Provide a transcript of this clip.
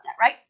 right